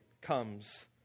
comes